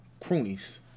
croonies